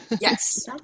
Yes